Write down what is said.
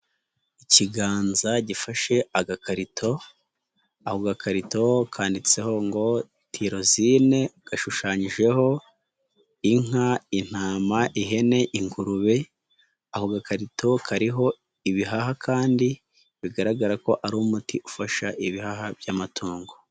Ikiganza gifashe agakarito, ako gakarito kanditseho ngo tirozine gashushanyijeho inka, intama, ihene, ingurube, ako gakarito kariho ibihaha kandi bigaragara ko ari umuti ufasha ibihaha by'amatungo.